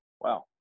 Wow